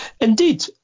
Indeed